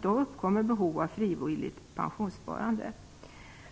Då uppstår behov av ett frivilligt pensionssparande.